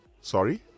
Sorry